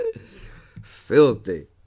Filthy